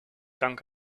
dank